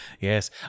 Yes